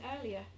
earlier